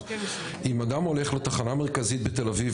אם אדם הולך לתחנה המרכזית בתל אביב,